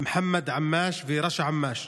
מוחמד עמאש ורשא עמאש.